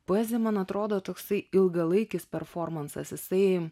poezija man atrodo toksai ilgalaikis performansas jisai